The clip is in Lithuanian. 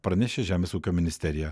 pranešė žemės ūkio ministerija